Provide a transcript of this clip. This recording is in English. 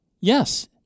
Yes